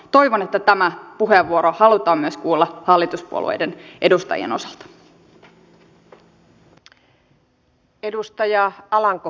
toivon että tämä puheenvuoro halutaan kuulla myös hallituspuolueiden edustajien taholta